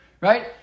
right